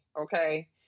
okay